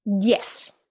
Yes